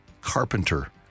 Carpenter